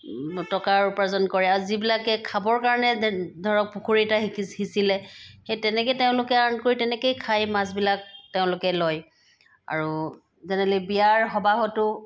টকাৰ উপাৰ্জন কৰে আৰু যিবিলাকে খাবৰ কাৰণে ধৰক পুখুৰী এটা সিঁচিলে সেই তেনেকৈ তেওঁলোকে আৰ্ণ কৰি তেনেকেই খায় মাছবিলাক তেওঁলোকে লয় আৰু জেনেৰেলি বিয়াৰ সবাহতো